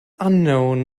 unknown